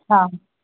हँ